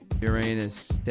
Uranus